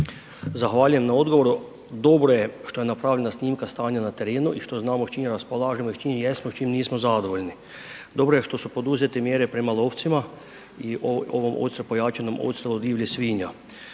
Zahvaljujem na odgovoru. Dobro je što je napravljena snimka stanja na terenu i što znamo s čime raspolažemo i s čime jesmo, s čime nismo zadovoljni. Dobro je što su poduzete mjere prema lovcima i o ovom odstrelu pojačanom odstrelu divljih svinja.